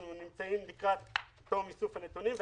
אנחנו נמצאים לקראת תום איסוף הנתונים.